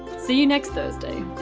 see you next thursday.